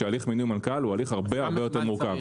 שהליך מינוי מנכ"ל הוא הליך הרבה יותר מורכב.